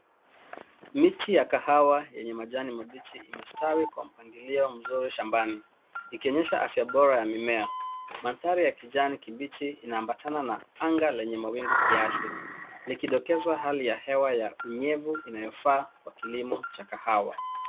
Miti ya kahawa yenye majani mabichi imestawi kwa mpangilio mzuri shambani, ikionyesha afya bora ya mimea. Mandhari ya kijani kibichi inaambatana na anga lenye mawingu kiasi, likidokezahali ya hewa ya unyevu inayofaa kwa kilimo cha kahawa.